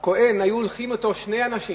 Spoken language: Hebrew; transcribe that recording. הכוהן, היו הולכים אתו שני אנשים,